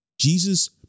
Jesus